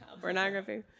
pornography